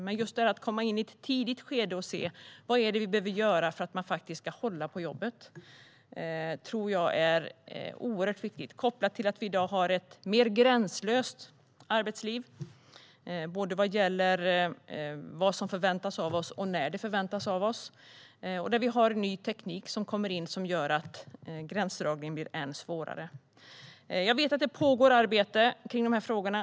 Men just det här att komma in i ett tidigt skede och se vad det är vi behöver göra för att man ska "hålla" på jobbet tror jag är oerhört viktigt, kopplat till att vi i dag har ett mer gränslöst arbetsliv vad gäller vad som förväntas av oss och när det förväntas av oss. Vi har också ny teknik som gör att gränsdragningen blir än svårare. Jag vet att det pågår arbete kring de här frågorna.